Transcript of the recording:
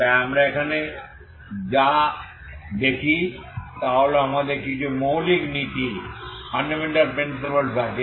তাই এখানে আমরা যা দেখি তা হল আমাদের কিছু মৌলিক নীতি আছে